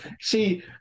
See